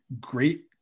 great